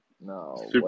No